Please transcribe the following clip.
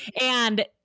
and-